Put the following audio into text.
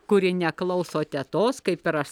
kuri neklauso tetos kaip ir aš